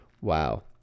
wow